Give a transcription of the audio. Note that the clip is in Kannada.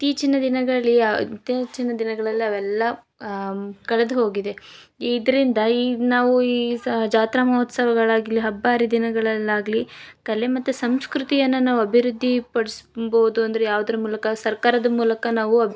ಇತ್ತೀಚಿನ ದಿನಗಳಲ್ಲಿ ಇತ್ತೀಚಿನ ದಿನಗಳಲ್ಲಿ ಅವೆಲ್ಲ ಕಳೆದು ಹೋಗಿದೆ ಇದರಿಂದ ಈ ನಾವು ಈ ಸ ಜಾತ್ರಾ ಮಹೋತ್ಸವಗಳಾಗಲಿ ಹಬ್ಬ ಹರಿದಿನಗಳಲ್ಲಾಗಲಿ ಕಲೆ ಮತ್ತು ಸಂಸ್ಕೃತಿಯನ್ನು ನಾವು ಅಭಿವೃದ್ಧಿ ಪಡಿಸಬೋದು ಅಂದರೆ ಯಾವುದರ ಮೂಲಕ ಸರ್ಕಾರದ ಮೂಲಕ ನಾವು